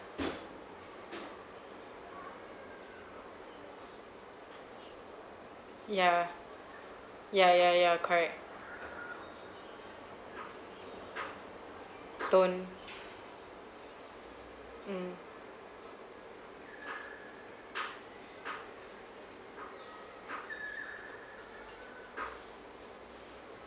yeah ya ya ya correct don't mm